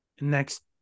Next